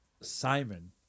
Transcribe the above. Simon